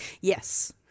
yes